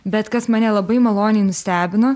bet kas mane labai maloniai nustebino